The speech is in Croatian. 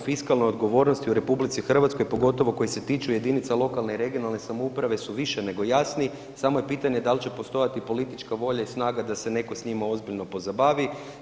Zakoni o fiskalnoj odgovornosti u RH pogotovo koji se tiču jedinica lokalne i regionalne samouprave su više nego jasni samo je pitanje da li će postojati politička volja i snaga da se netko s njima ozbiljno pozabavi.